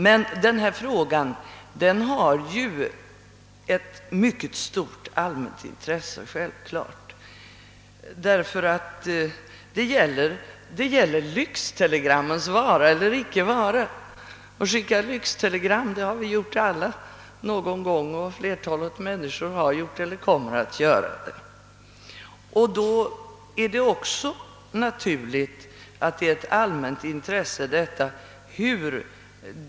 Men frågan har självfallet ett mycket stort allmänt intresse — det gäller lyxtelegrammens vara eller icke vara, och flertalet människor i detta land skickar ju någon gång lyxtelegram.